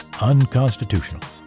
unconstitutional